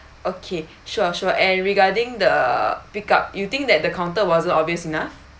okay sure sure and regarding the pick up you think that the counter wasn't obvious enough